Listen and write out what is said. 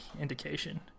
indication